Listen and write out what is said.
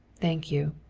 thank you.